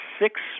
six